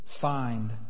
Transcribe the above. find